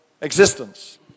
existence